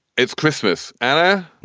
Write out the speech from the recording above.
it's christmas, anna.